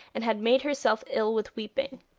and had made herself ill with weeping.